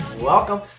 Welcome